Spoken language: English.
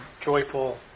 joyful